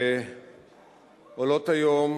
עולות היום,